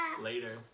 later